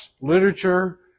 literature